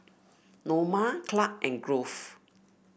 Norma Clark and Grove